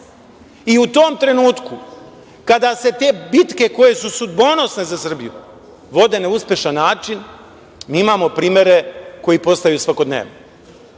i u tom trenutku kada se te bitke koje su sudbonosne za Srbiju, vode na uspešan način, mi imamo primere koji postaju svakodnevno.